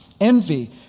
envy